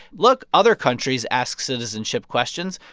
look other countries ask citizenship questions.